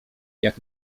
jak